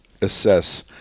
assess